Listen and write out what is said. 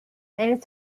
and